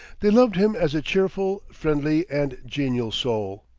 they loved him as a cheerful, friendly, and genial soul.